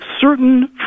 certain